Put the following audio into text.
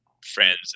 friends